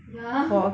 ya